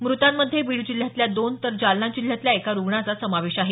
मृतांमध्ये बीड जिल्ह्यातल्या दोन तर जालना जिल्ह्यातल्या एका रुग्णाचा समावेश आहे